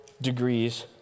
degrees